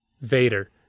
Vader